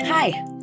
Hi